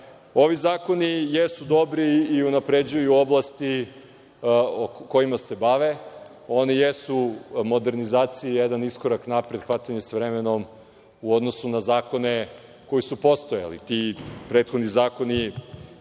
zakoni jesu dobri i unapređuju oblasti kojima se bave. Oni jesu modernizacija i jedan iskorak napred, hvatanje sa vremenom u odnosu na zakone koji su postojali. Prethodni zakoni